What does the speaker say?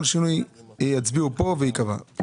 כל שינוי יצביעו פה וייקבע.